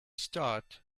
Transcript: start